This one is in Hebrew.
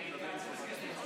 זו התייעצות סיעתית.